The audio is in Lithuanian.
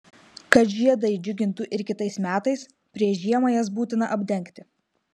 kad žiedai džiugintų ir kitais metais prieš žiemą jas būtina apdengti